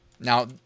Now